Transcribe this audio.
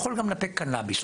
יכול גם לנפק קנביס.